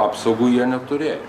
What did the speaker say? apsaugų jie neturėjo